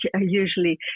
usually